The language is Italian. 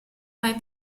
mai